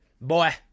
Boy